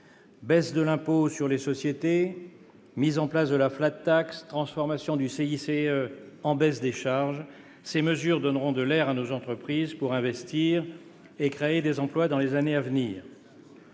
Baisse de l'impôt sur les sociétés, mise en place de la, transformation du CICE en baisse des charges : ces mesures donneront de l'air à nos entreprises pour investir et créer des emplois dans les années à venir.